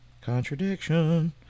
Contradiction